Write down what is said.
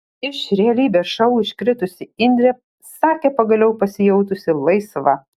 iš realybės šou iškritusi indrė sakė pagaliau pasijautusi laisva